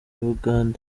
bugande